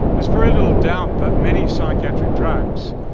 there's very little doubt that many psychiatric drugs,